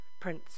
prince